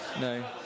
no